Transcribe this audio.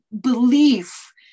belief